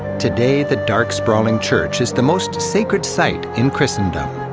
today, the dark, sprawling church is the most sacred site in christendom.